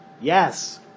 Yes